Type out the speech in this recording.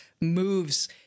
moves